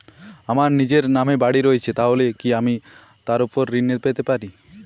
আমার নিজের নামে বাড়ী রয়েছে তাহলে কি আমি তার ওপর ঋণ পেতে পারি?